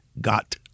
got